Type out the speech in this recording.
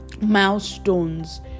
milestones